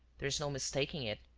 there is no mistaking it.